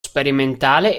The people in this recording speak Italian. sperimentale